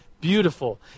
beautiful